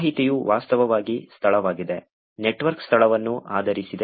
ಮಾಹಿತಿಯು ವಾಸ್ತವವಾಗಿ ಸ್ಥಳವಾಗಿದೆ ನೆಟ್ವರ್ಕ್ ಸ್ಥಳವನ್ನು ಆಧರಿಸಿದೆ